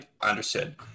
understood